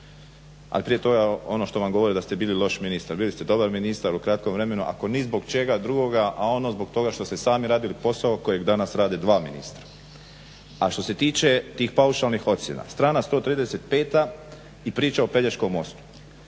Ali prije toga ono što vam govore da ste bili loš ministar. Bili ste dobar ministar u kratkom vremenu, ako ni zbog čega drugoga a onda zbog toga što ste sami radili posao kojeg danas rade dva ministra. A što se tiče tih paušalnih ocjena strana 135. i priča o Pelješkom mostu,